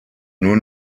nur